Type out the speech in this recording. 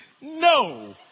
No